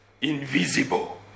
invisible